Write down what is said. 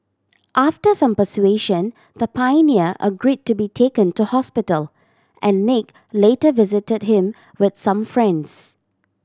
after some persuasion the pioneer agree to be taken to hospital and Nick later visited him with some friends